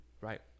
right